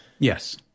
Yes